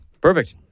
Perfect